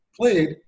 played